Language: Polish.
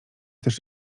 też